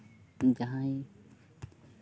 ᱡᱟᱦᱟᱸᱭ